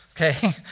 Okay